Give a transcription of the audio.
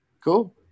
cool